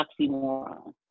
oxymoron